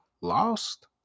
lost